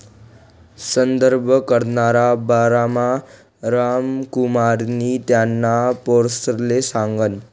संदर्भ दरना बारामा रामकुमारनी त्याना पोरसले सांगं